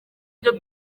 ibyo